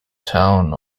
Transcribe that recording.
town